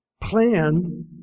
plan